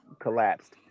collapsed